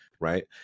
right